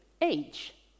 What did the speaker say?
age